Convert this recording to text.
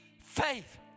faith